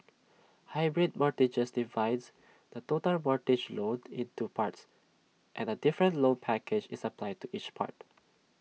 hybrid mortgages divides the total mortgage loan into parts and A different loan package is applied to each part